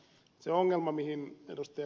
se ongelma mihin ed